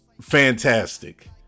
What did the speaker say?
fantastic